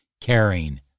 caring